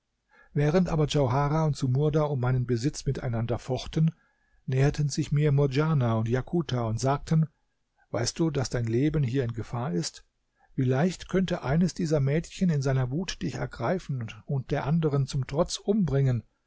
während aber djauharah und sumurda um meinen besitz miteinander fochten näherten sich mir murdjana und jakuta und sagten weißt du daß dein leben hier in gefahr ist wie leicht könnte eines dieser mädchen in seiner wut dich ergreifen und der anderen zum trotz umbringen